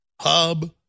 Hub